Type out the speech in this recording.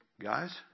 Guys